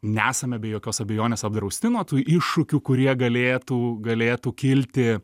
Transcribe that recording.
nesame be jokios abejonės apdrausti nuo tų iššūkių kurie galėtų galėtų kilti